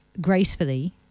gracefully